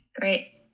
Great